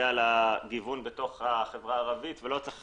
על הגיוון בתוך החברה הערבית ולא צריך